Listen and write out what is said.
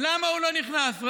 למה הוא לא נכנס?